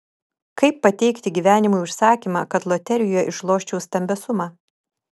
kaip pateikti gyvenimui užsakymą kad loterijoje išloščiau stambią sumą